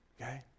Okay